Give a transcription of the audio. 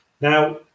Now